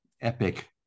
epic